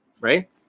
right